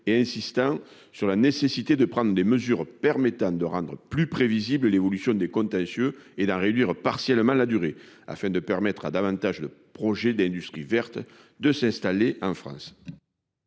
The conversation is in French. conséquent sur la nécessité de prendre des « mesures permettant de rendre plus prévisible l'évolution des contentieux et d'en réduire partiellement la durée » afin de permettre à plus de projets d'industrie verte de s'installer en France.